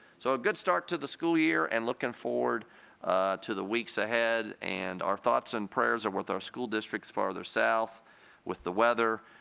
so a good start to the school year and looking forward to the weeks ahead and our thoughts and prayers are with our school districts further south with the weather.